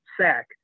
sack